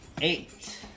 Eight